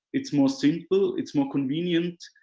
it's more simple, it's more convenient,